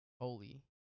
holy